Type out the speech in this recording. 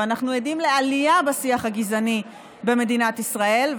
ואנחנו עדים לעלייה בשיח הגזעני במדינת ישראל.